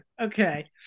Okay